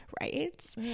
Right